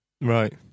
Right